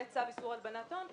יהיה צו איסור הלבנת הון,